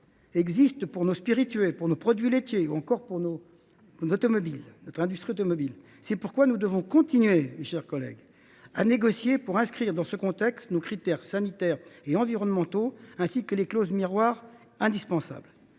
pour nos spiritueux, pour nos produits laitiers ou encore pour notre industrie automobile. C’est pourquoi nous devons continuer à négocier pour inscrire dans ce contexte nos critères sanitaires et environnementaux, ainsi que les clauses miroirs indispensables.